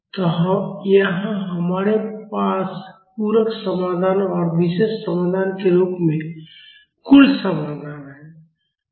तो यहाँ हमारे पास पूरक समाधान और विशेष समाधान के रूप में कुल समाधान है